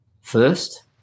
first